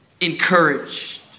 encouraged